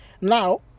Now